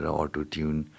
auto-tune